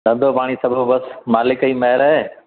धंधो पाणी सभु बसि मालिक जी महिर आहे